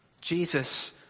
Jesus